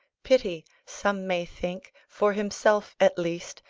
pity! some may think, for himself at least,